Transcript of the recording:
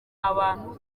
abantu